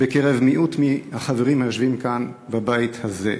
בקרב מיעוט מהחברים היושבים כאן, בבית הזה.